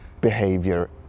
behavior